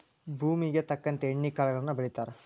ಭೂಮುಗೆ ತಕ್ಕಂತೆ ಎಣ್ಣಿ ಕಾಳುಗಳನ್ನಾ ಬೆಳಿತಾರ